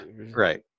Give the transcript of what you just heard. right